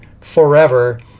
forever